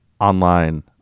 Online